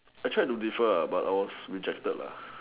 I tried to defer ah but I was rejected lah